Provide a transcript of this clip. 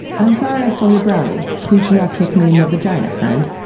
i'm sorry i stole your brownie, please do not kick me in the vagina, friend.